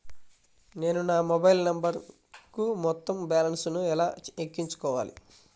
నేను నా మొబైల్ నంబరుకు మొత్తం బాలన్స్ ను ఎలా ఎక్కించుకోవాలి?